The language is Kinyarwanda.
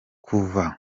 kuva